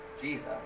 Jesus